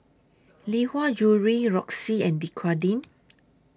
Lee Hwa Jewellery Roxy and Dequadin